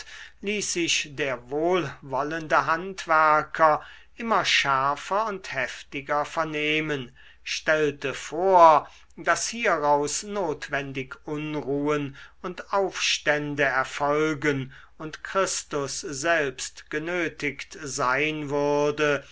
ließ sich der wohlwollende handwerker immer schärfer und heftiger vernehmen stellte vor daß hieraus notwendig unruhen und aufstände erfolgen und christus selbst genötigt sein würde